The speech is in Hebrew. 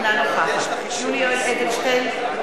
אינה נוכחת יולי יואל אדלשטיין,